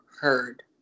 heard